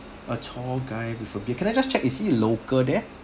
a tall guy with a beard can I just check is he local there